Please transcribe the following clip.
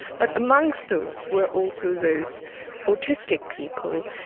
but amongst those were also those autistic people.